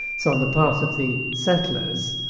so on the part of the settlers,